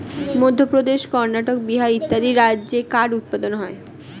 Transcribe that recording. মধ্যপ্রদেশ, কর্ণাটক, বিহার ইত্যাদি রাজ্যে কাঠ উৎপাদন হয়